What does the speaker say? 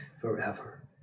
forever